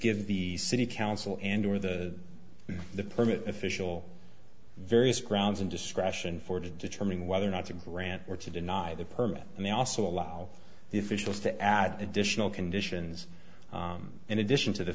give the city council and or the the permit official various grounds and discretion for determining whether or not to grant or to deny the permit and they also allow the officials to add additional conditions in addition to the